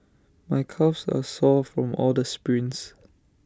my calves are sore from all the sprints